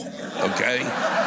Okay